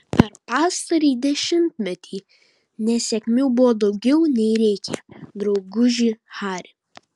per pastarąjį dešimtmetį nesėkmių buvo daugiau nei reikia drauguži hari